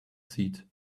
set